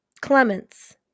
Clements